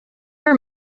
her